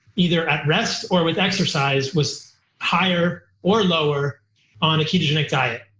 either at rest or with exercise, was higher or lower on a ketogenic diet.